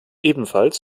ebenfalls